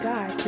God